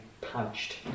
punched